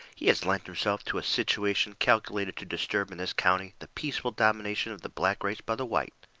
he has lent himself to a situation calculated to disturb in this county the peaceful domination of the black race by the white.